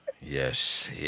Yes